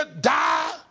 die